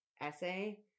essay